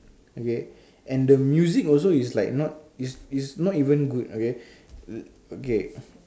okay and the music also is like not is is not even good okay okay